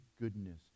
goodness